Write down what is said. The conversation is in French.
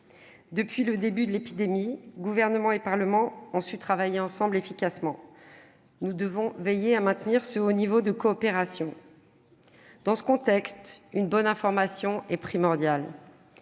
Depuis le début de la pandémie, Gouvernement et Parlement ont su travailler ensemble efficacement. Nous devons veiller à maintenir ce haut niveau de coopération. Dans ce contexte, une bonne information est primordiale.